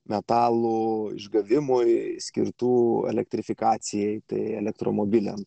metalų išgavimui skirtų elektrifikacijai tai elektromobiliams